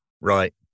Right